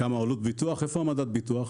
כמה עולה ביטוח איפה מדד ביטוח?